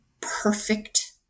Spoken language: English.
perfect